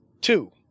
two